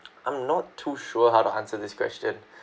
I'm not too sure how to answer this question